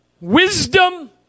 wisdom